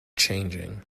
changing